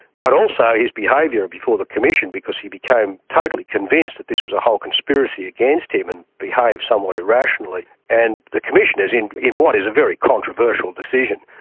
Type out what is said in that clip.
but also his behaviour before the commission, because he became totally convinced that this was a whole conspiracy against him, and behaved somewhat irrationally, and the commissioners, in in what is a very controversial decision,